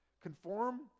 Conform